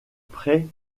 pré